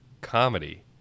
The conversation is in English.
comedy